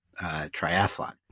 triathlon